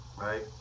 right